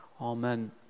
Amen